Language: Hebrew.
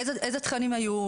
איזה תכנים היו?